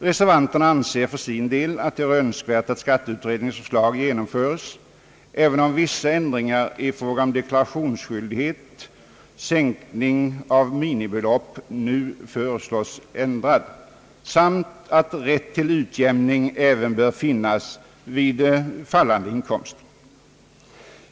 HReservanterna anser för sin del, att det vore önskvärt att skatteutredningens = förslag <genomföres, även om vissa ändringar i fråga om deklarationsskyldighet och sänkning av minimibelopp nu föreslås, samt att rätt till utjämning även bör finnas vid fallande inkomst.